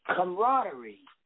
Camaraderie